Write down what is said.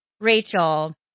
Rachel